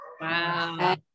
Wow